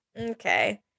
Okay